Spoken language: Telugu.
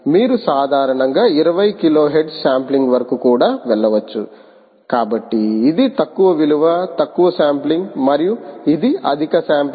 మీరు సాధారణంగా 20 కిలోహెర్ట్జ్ శాంప్లింగ్ వరకు కూడా వెళ్ళవచ్చు కాబట్టి ఇది తక్కువ విలువ తక్కువ శాంప్లింగ్ మరియు ఇది అధిక శాంప్లింగ్